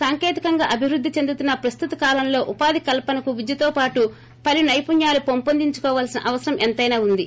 సౌంకేతికంగా అభివ్వద్దే చెందుతున్న ప్రస్తుత కాలంలో ఉపాధి కల్సనకు విద్యతో పాటు పలు సైపుణ్యాలు పెంపొందిన్ను కోవలసిన అవస్వకత ఎంతైనా ఉంది